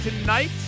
Tonight